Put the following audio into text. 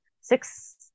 six